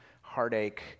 heartache